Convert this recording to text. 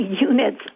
units